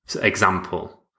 Example